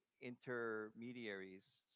intermediaries